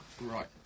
Right